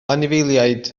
anifeiliaid